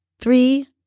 three